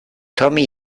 tommy